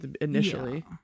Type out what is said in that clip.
initially